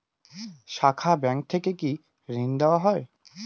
শাখা ব্যাংক থেকে কি ঋণ দেওয়া হয়?